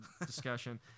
discussion